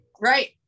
right